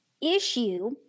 issue